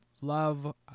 love